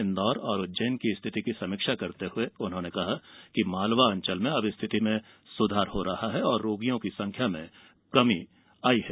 इन्दौर और उज्जैन की स्थिति की समीक्षा करते हुए उन्होंने कहा कि मालवांचल में अब स्थिति में सुधार हो रहा है और रोगियों की संख्या में कमी आई है